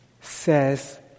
says